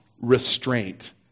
restraint